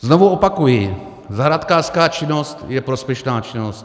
Znovu opakuji: Zahrádkářská činnost je prospěšná činnost.